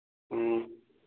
ꯎꯝ